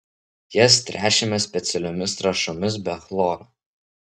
jas tręšiame specialiomis trąšomis be chloro